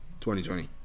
2020